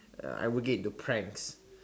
uh I would get into pranks